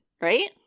right